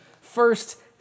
first